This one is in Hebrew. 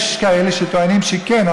יש כאלה שטוענים שכן.